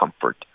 comfort